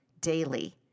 daily